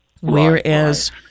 Whereas